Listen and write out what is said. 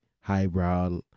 highbrow